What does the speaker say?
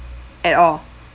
at all